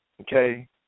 Okay